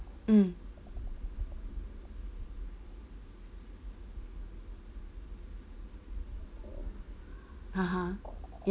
mm (uh huh)